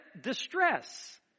distress